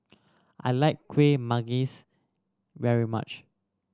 I like Kuih Manggis very much